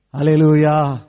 Hallelujah